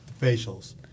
facials